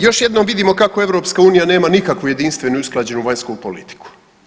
Još jednom vidimo kako EU nema nikakvu jedinstvenu i usklađenu vanjsku politiku.